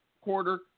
quarter